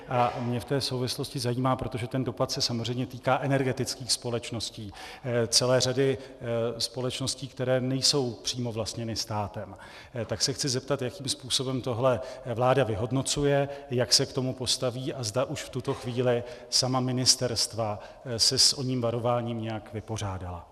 A mě v té souvislosti zajímá, protože ten dopad se samozřejmě týká energetických společností, celé řady společností, které nejsou přímo vlastněny státem, tak se chci zeptat, jakým způsobem tohle vláda vyhodnocuje, jak se k tomu postaví a zda už v tuto chvíli sama ministerstva se s oním varováním nějak vypořádala.